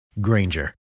Granger